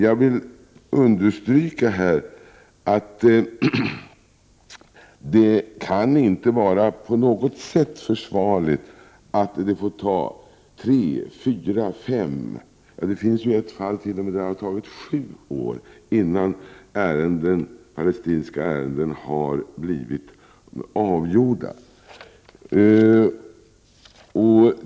Jag vill emellertid understryka att det inte på något sätt kan vara försvarligt att det tar tre, fyra, fem, och i något fall t.o.m. sju år innan palestinska ärenden avgörs.